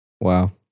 Wow